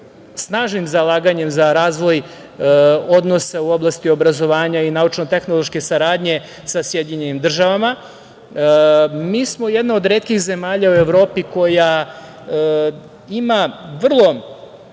snažnim zalaganjem za razvoj odnosa u oblasti obrazovanja i naučno-tehnološke saradnje sa SAD. Mi smo jedna od retkih zemalja u Evropi koja ima vrlo